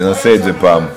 תנסה את זה פעם.